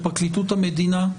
בפרקליטות המדינה,